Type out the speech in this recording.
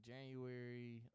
January